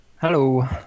hello